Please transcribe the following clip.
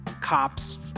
cops